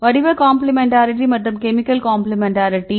வடிவ காம்ப்ளிமென்டாரிட்டி மற்றும் chemical complementarity